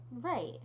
Right